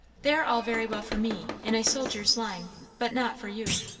they are all very well for me in a soldier's line but not for you!